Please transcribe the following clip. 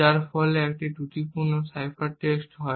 যার ফলে একটি ত্রুটিপূর্ণ সাইফার টেক্সট হয়